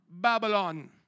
Babylon